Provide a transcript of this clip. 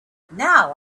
now